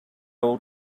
will